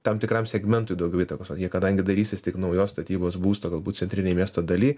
tam tikram segmentui daugiau įtakos vat jie kadangi darysis tik naujos statybos būstą galbūt centrinėj miesto daly